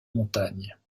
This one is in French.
montagne